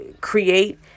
create